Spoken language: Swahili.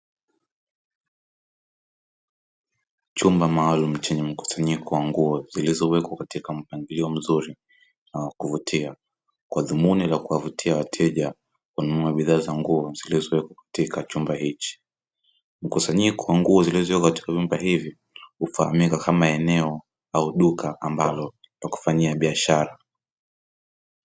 Chumba maalumu chenye mkusanyiko wa nguo zilizowekwa katika mpangilio mzuri na wakuvutia Kwa dhumuni la kuwavutia wateja kununua bidhaa za nguo zilizowekwa katika chumba hichi. Mkusanyiko wa nguo zilizowekwa katika vyumba hivi hufaamika kama eneo au duka ambalo la kufanya biashara.